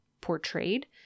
portrayed